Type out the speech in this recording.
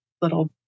little